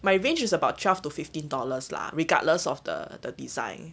my range about twelve to fifteen dollars lah regardless of the the design